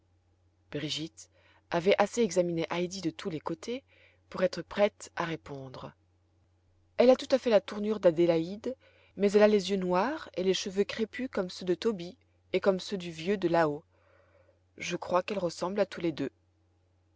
brigitte avait assez examiné heidi de tous les côtés pour être prête à répondre elle a tout à fait la tournure d'adélaïde mais elle a les yeux noirs et les cheveux crépus comme ceux de tobie et comme ceux du vieux de là-haut je crois qu'elle ressemble à tous les deux